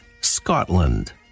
Scotland